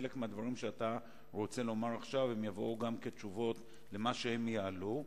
חלק מהדברים שאתה רוצה לומר עכשיו יבואו גם כתשובות על מה שהם יעלו.